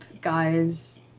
guys